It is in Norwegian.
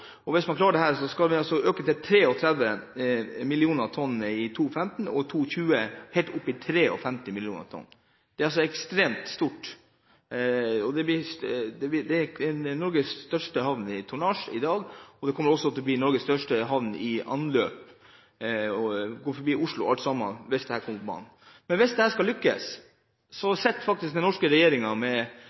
og hvis man klarer dette, skal man øke til 33 millioner tonn i 2015 og i 2020 helt oppe i 53 millioner tonn. Det er ekstremt stort, og det blir Norges største havn når det gjelder tonnasje i dag. Det kommer også til å bli Norges største havn når det gjelder anløp, og vil gå forbi Oslo og alle sammen, hvis dette kommer på plass. Hvis dette skal lykkes, sitter faktisk den norske regjeringen med